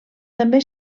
també